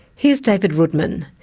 here's david roodman,